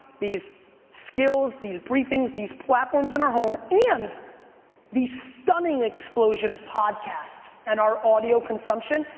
these skills, these briefings, these platforms in our home, and these stunning explosion of podcasts and our audio consumption,